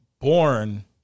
born